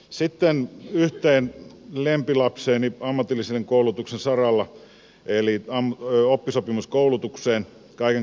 sitten yhteen lempilapseeni ammatillisen koulutuksen saralla eli oppisopimuskoulutukseen kaiken kaikkiaan